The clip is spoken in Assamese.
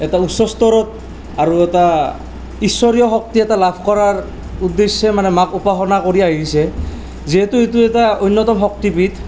এটা উচ্চস্তৰত আৰু এটা ঈশ্বৰীয় শক্তি এটা লাভ কৰাৰ উদ্দেশ্যে মানে মাক উপাসনা কৰি আহিছে যিহেতু এইটো এটা অন্যতম শক্তি পীঠ